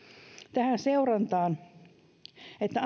tähän seurantaan että